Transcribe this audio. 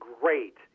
great